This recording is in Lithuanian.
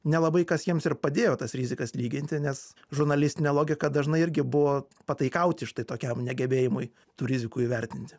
nelabai kas jiems ir padėjo tas rizikas lyginti nes žurnalistinė logika dažnai irgi buvo pataikauti štai tokiam negebėjimui tų rizikų įvertinti